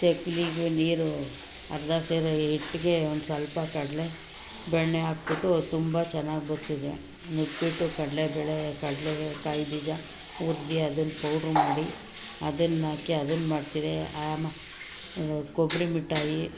ಚಕ್ಕುಲಿಗೆ ನೀರು ಅರ್ಧ ಸೇರು ಇಟ್ಟಿಗೆ ಒಂದು ಸ್ವಲ್ಪ ಕಡಲೆ ಬೆಣ್ಣೆ ಹಾಕಿಬಿಟ್ಟು ತುಂಬ ಚೆನ್ನಾಗಿ ಬರ್ತದೆ ನಿಪ್ಪಟ್ಟು ಕಡಲೆಬೇಳೆ ಕಡಲೆಕಾಯಿ ಬೀಜ ಗುದ್ದಿ ಅದನ್ನ ಪೌಡ್ರ್ ಮಾಡಿ ಅದನ್ನ ಹಾಕಿ ಅದನ್ನ ಮಾಡ್ತಿದ್ದೆ ಮ್ ಕೊಬ್ಬರಿ ಮಿಠಾಯಿ